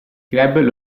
club